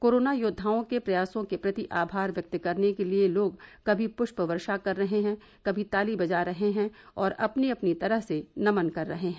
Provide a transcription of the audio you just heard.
corona योद्वाओं के प्रयासों के प्रति आभार व्यक्त करने के लिए लोग कभी पृष्प वर्षा कर रहे हैं कभी ताली बजा रहे हैं और अपनी अपनी तरह से नमन कर रहे हैं